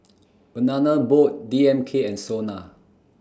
Banana Boat D M K and Sona